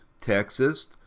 Texas